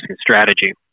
strategy